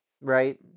right